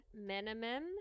Minimum